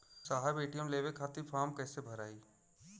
साहब ए.टी.एम लेवे खतीं फॉर्म कइसे भराई?